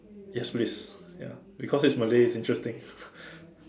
yes please ya because it's Malay it's interesting